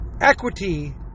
equity